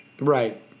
Right